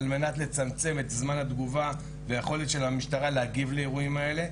על מנת לצמצם את זמן התגובה והיכולת של המשטרה להגיב לאירועים האלה.